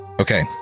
Okay